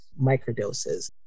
microdoses